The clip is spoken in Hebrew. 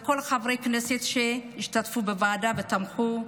לכל חברי הכנסת שהשתתפו בוועדה ותמכו.